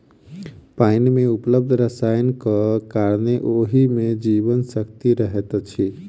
पाइन मे उपलब्ध रसायनक कारणेँ ओहि मे जीवन शक्ति रहैत अछि